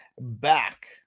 Back